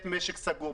משק סגור.